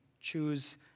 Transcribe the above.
choose